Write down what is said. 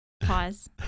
pause